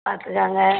பார்த்துக்கங்க